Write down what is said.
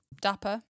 dapper